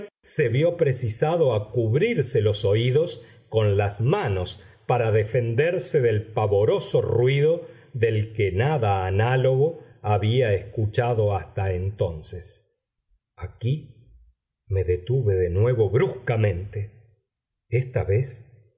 se vió precisado a cubrirse los oídos con las manos para defenderse del pavoroso ruido del que nada análogo había escuchado hasta entonces aquí me detuve de nuevo bruscamente esta vez